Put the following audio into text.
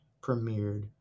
premiered